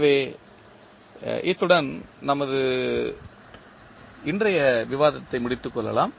எனவே இத்துடன் நமது இன்றைய விவாதத்தை முடித்துக் கொள்ளலாம்